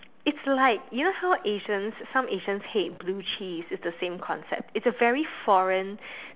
its like you know how Asians some Asians hate blue cheese is the same concept is a very foreign